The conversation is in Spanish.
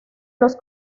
los